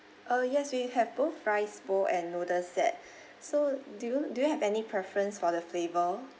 uh yes we have both rice bowl and noodles set so do you do you have any preference for the flavor